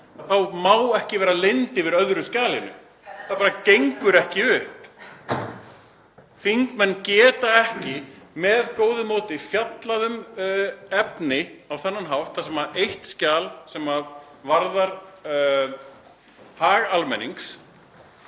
þá má ekki vera leynd yfir öðru skjalinu, (Gripið fram í.) það bara gengur ekki upp. Þingmenn geta ekki með góðu móti fjallað um efni á þennan hátt, þar sem eitt skjal sem varðar hag almennings,